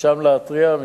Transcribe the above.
ושם להתריע.